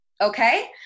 Okay